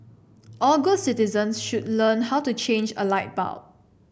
all good citizens should learn how to change a light bulb